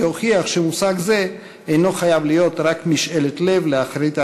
והוכיח שמושג זה אינו חייב להיות רק משאלת לב לאחרית הימים,